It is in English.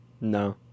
No